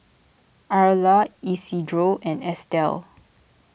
Arla Isidro and Estel